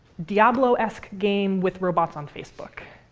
diablo-esque game with robots on facebook.